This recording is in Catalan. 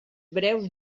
breus